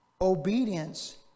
obedience